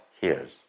hears